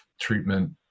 treatment